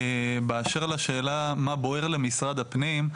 באשר לשאלה מה בוער למשרד הפנים,